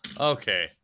Okay